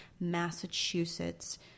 Massachusetts